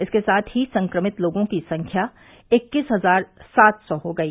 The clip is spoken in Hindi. इसके साथ ही संक्रमित लोगों की संख्या इक्कीस हजार सात सौ हो गई